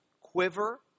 quiver